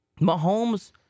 Mahomes